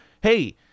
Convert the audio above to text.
hey